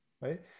right